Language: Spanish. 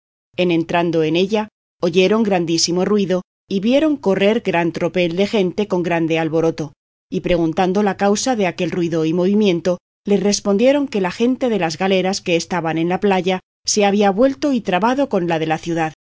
en entrando en ella oyeron grandísimo ruido y vieron correr gran tropel de gente con grande alboroto y preguntando la causa de aquel ruido y movimiento les respondieron que la gente de las galeras que estaban en la playa se había revuelto y trabado con la de la ciudad